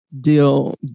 deal